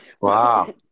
Wow